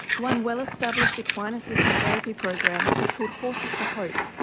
one well established equine assisted therapy program is called horses for hope,